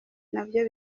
nabyo